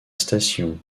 station